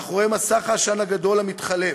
מאחורי מסך העשן הגדול המתחלף,